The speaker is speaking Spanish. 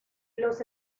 los